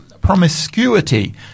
promiscuity